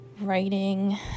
writing